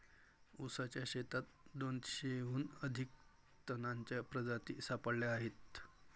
ऊसाच्या शेतात दोनशेहून अधिक तणांच्या प्रजाती सापडल्या आहेत